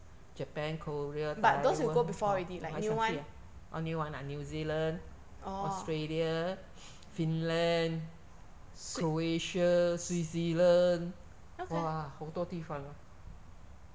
japan korea thailand 我还想去啊 orh new one ah new zealand australia finland croatia switzerland !wah! hou duo 地方啊